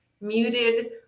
muted